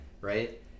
right